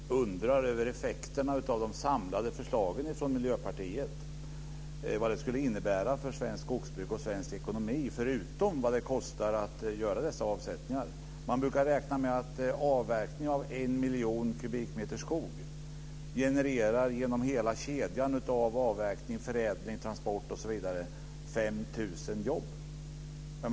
Fru talman! Det är klart att man undrar över vilka effekterna av de samlade förslagen från Miljöpartiet skulle bli för svenskt skogsbruk och svensk ekonomi, förutom vad det kostar att göra dessa avsättningar. Man brukar räkna med att avverkning av en miljon kubikmeter skog genom hela kedjan av avverkning, förädling, transport osv. genererar 5 000 jobb.